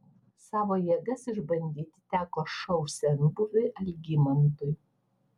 savo jėgas išbandyti teko šou senbuviui algimantui